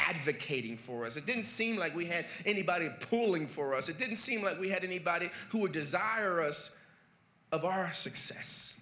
advocating for as it didn't seem like we had anybody pulling for us it didn't seem like we had anybody who were desirous of our success